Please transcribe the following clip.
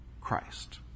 Christ